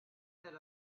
that